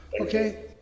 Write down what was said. Okay